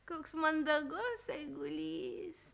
koks mandagus eigulys